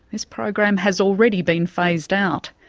this program has already been phased out.